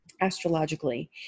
astrologically